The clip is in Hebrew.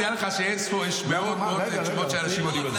שתדע לך שיש מאות רבות של תשובות שאנשים עונים על זה,